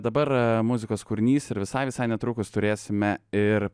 dabar muzikos kūrinys ir visai visai netrukus turėsime ir